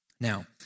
Now